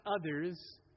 others